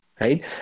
right